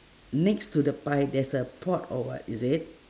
next to the pie there's a pot or what is it